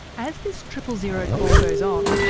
as this triple zero call goes on.